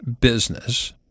business